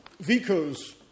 Vico's